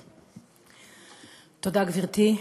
תודה, גברתי.